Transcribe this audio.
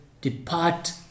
depart